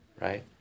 right